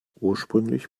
ursprünglich